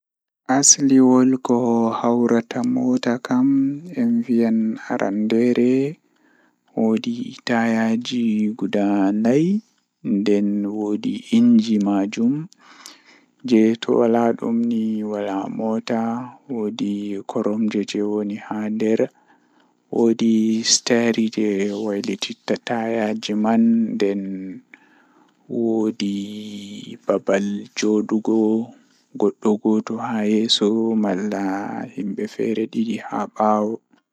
Ko njamaaji ɗe o waɗa waawde njoɓdi e hoore ngal miɗo njiddaade ko njamaaji rewɓe. Ko njoɓdi goɗɗo ɗum ko engine, ko rewɓe njiddaade njoɓdi faya, carbe e boɗɗum. E hoore njamaaji ngal, ko rewɓe njiddaade sago goɗɗo.